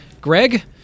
Greg